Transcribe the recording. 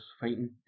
fighting